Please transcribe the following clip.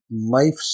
life